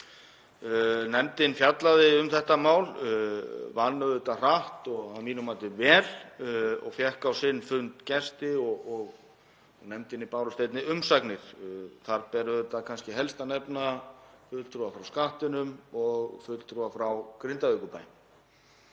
Nefndin fjallaði um þetta mál, vann auðvitað hratt og að mínu mati vel og fékk á sinn fund gesti og nefndinni bárust einnig umsagnir. Þar ber kannski helst að nefna fulltrúa frá Skattinum og fulltrúa frá Grindavíkurbæ.